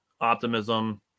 optimism